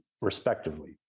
respectively